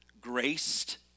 graced